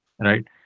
right